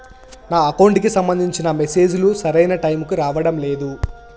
నా అకౌంట్ కి సంబంధించిన మెసేజ్ లు సరైన టైముకి రావడం లేదు